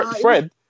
Fred